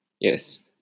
Yes